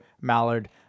Mallard